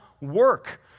work